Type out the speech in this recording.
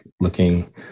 looking